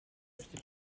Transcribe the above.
ville